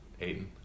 Aiden